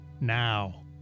now